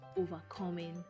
overcoming